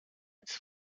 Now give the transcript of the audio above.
its